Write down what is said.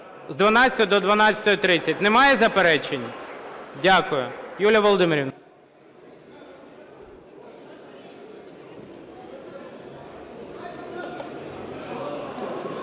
з 12 до 12:30. Немає заперечень? Дякую.